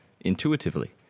intuitively